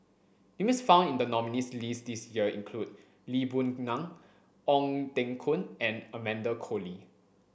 names found in the nominees' list this year include Lee Boon Ngan Ong Teng Koon and Amanda Koe Lee